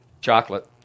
Chocolate